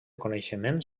coneixement